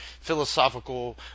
philosophical